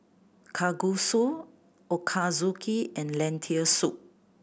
Kalguksu Ochazuke and Lentil Soup